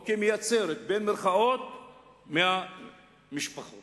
או "מייצרת" 100 משפחות